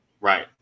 Right